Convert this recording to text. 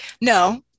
No